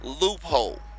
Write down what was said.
loophole